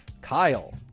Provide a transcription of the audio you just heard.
Kyle